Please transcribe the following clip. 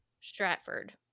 Stratford